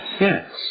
Yes